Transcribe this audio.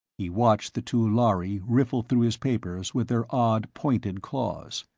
he watched the two lhari riffle through his papers with their odd pointed claws.